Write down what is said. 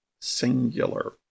singular